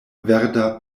verda